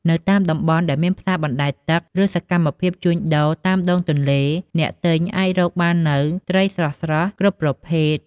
នៅតាមតំបន់ដែលមានផ្សារបណ្តែតទឹក ឬសកម្មភាពជួញដូរតាមដងទន្លេ អ្នកទិញអាចរកបាននូវ ត្រីស្រស់ៗ គ្រប់ប្រភេទ។